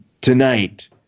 tonight